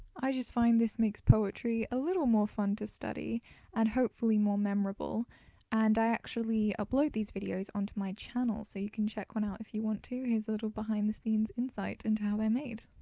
i just find this makes poetry a little more fun to study and hopefully more memorable and i actually upload these videos onto my channel so you can check one out if you want to. here's a little behind-the-scenes insight into how they're made.